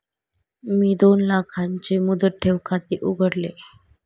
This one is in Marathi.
मी दोन लाखांचे मुदत ठेव खाते उघडले